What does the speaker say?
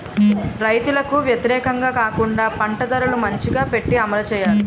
రైతులకు వ్యతిరేకంగా కాకుండా పంట ధరలు మంచిగా పెట్టి అమలు చేయాలి